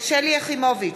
יחימוביץ,